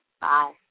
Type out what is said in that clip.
bye